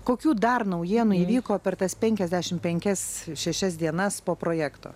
kokių dar naujienų įvyko per tas penkiasdešimt penkias šešias dienas po projekto